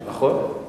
נכון,